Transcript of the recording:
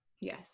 Yes